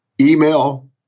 email